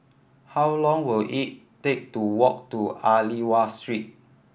how long will it take to walk to Aliwal Street